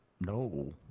No